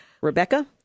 Rebecca